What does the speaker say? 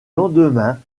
lendemain